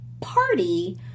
party